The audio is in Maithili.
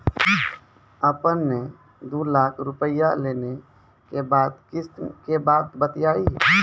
आपन ने दू लाख रुपिया लेने के बाद किस्त के बात बतायी?